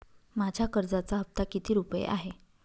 माझ्या कर्जाचा हफ्ता किती रुपये आहे?